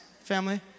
family